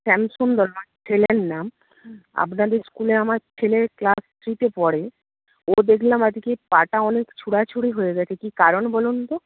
শ্যামসুন্দর আমার ছেলের নাম আপনাদের স্কুলে আমার ছেলে ক্লাস থ্রিতে পড়ে ও দেখলাম আজকে পাটা অনেক ছোড়াছুড়ি হয়ে গেছে কী কারণ বলুন তো